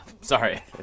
sorry